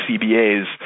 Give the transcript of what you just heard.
CBA's